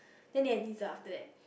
then they have dinner after that